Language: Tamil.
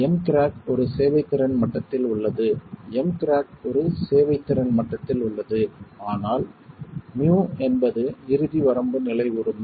M கிராக் ஒரு சேவைத்திறன் மட்டத்தில் உள்ளது M கிராக் ஒரு சேவைத்திறன் மட்டத்தில் உள்ளது ஆனால் Mu என்பது இறுதி வரம்பு நிலை உரிமை